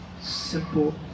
simple